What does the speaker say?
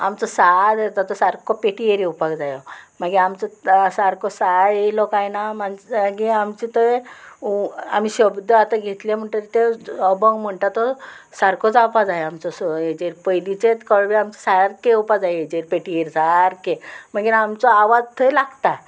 आमचो साद येता तो सारको पेटयेर येवपाक जायो मागीर आमचो सारको सा येयलो काय ना मागीर आमचे थंय आमी शब्द आतां घेतले म्हणटगीर ते अभंग म्हणटा तो सारको जावपा जाय आमचो स हेचेर पयलींचेत कडवे आमचे सारके येवपा जाय हेचेर पेटयेर सारके मागीर आमचो आवाज थंय लागता